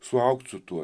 suaugt su tuo